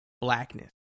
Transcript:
blackness